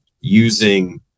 using